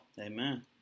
Amen